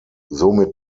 somit